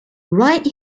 right